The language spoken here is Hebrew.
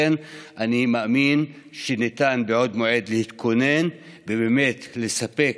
אני מאמין שניתן בעוד מועד להתכונן ובאמת לספק